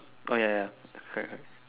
oh ya ya correct correct